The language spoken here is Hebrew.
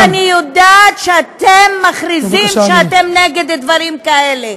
לפחות אני יודעת שאתם מכריזים שאתם נגד דברים כאלה,